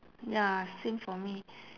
ya same for me